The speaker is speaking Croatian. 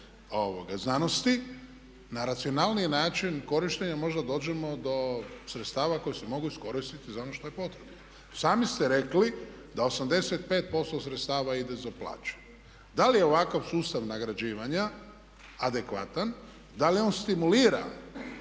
znanosti na racionalniji način korištenja možda dođemo do sredstva koje se mogu iskoristiti za ono što je potrebno. Sami ste rekli da 85% sredstava ide za plaće. Da li ovakav sustav nagrađivanja adekvatan, da li on stimulira